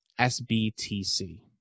SBTC